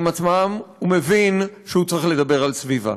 עצמם הוא מבין שהוא צריך לדבר על סביבה.